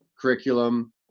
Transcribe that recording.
curriculum